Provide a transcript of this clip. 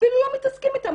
אפילו לא מתעסקים איתן,